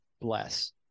bless